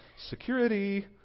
Security